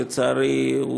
לצערי,